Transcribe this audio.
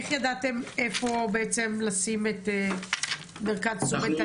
איך ידעתם איפה לשים את מרכז תשומת הלב?